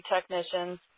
technicians